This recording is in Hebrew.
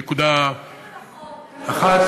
לא מדברים על החוק,